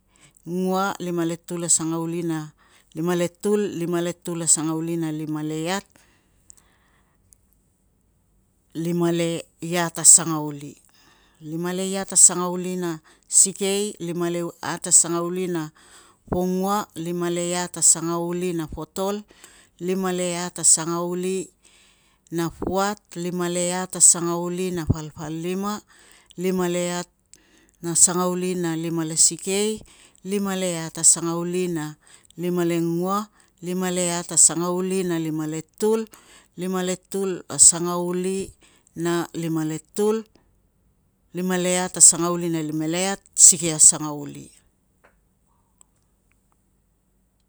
Ngua, lima letul a sangauli na lima letul, lima letul a sangauli na lima le iat, lima le iat a sangauli. Lima le iat a sangauli na sikei, limale iat a sangauli na pongua, lima le iat a sangauli na potol, lima le iat a sangauli na puat, lima le iat a sangauli na palpalima, lima le iat na sangauli na lima le sikei, lima le iat a sangauli na lima lengua, lima le iat a sangauli na lima le tul, lima le tul a sangauli na lima le tul, lima le iat a sangauli na lima le iat, sikei a sangauli.